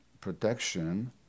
protection